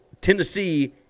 Tennessee